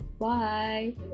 bye